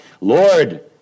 Lord